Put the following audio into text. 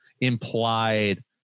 implied